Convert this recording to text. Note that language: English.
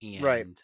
Right